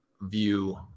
view